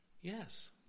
Yes